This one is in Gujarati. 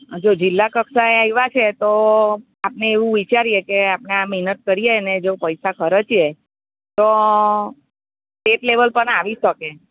જો જિલ્લા કક્ષાએ આવ્યાં છે તો આપણે એવું વિચારીએ કે કે આપણે આ મહેનત કરીએ ને જો પૈસા ખર્ચીએ તો સ્ટેટ લેવલ પણ આવી શકે